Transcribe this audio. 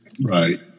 Right